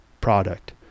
product